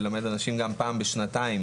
ללמד אנשים פעם בשנתיים.